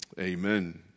Amen